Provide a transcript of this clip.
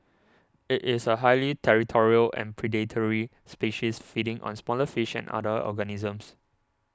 it is a highly territorial and predatory species feeding on smaller fish and other organisms